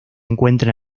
encuentra